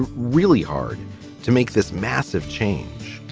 and really hard to make this massive change,